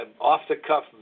off-the-cuff